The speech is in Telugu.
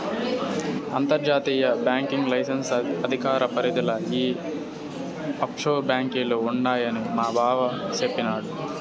అంతర్జాతీయ బాంకింగ్ లైసెన్స్ అధికార పరిదిల ఈ ఆప్షోర్ బాంకీలు ఉండాయని మాబావ సెప్పిన్నాడు